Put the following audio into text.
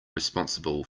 responsible